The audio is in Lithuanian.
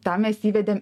tą mes įvedėm